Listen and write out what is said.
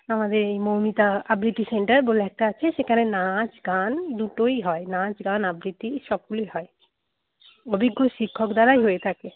আমাদের এই মৌমিতা আবৃত্তি সেন্টার বলে একটা আছে সেখানে নাচ গান দুটোই হয় নাচ গান আবৃত্তি সবগুলোই হয় অভিজ্ঞ শিক্ষক দ্বারাই হয়ে থাকে